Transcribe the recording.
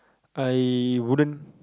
I wouldn't